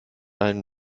einem